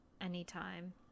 anytime